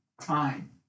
time